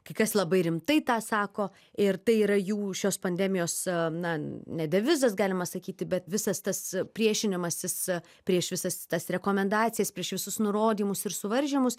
kai kas labai rimtai tą sako ir tai yra jų šios pandemijos na ne devizas galima sakyti bet visas tas priešinimasis prieš visas tas rekomendacijas prieš visus nurodymus ir suvaržymus